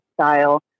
style